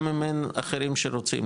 גם אם אין אחרים שרוצים,